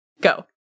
go